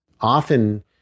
often